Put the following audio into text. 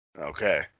Okay